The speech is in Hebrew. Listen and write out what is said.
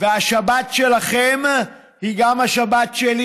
והשבת שלכם היא גם השבת שלי.